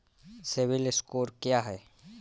CIBIL score क्या है?